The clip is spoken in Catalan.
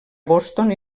boston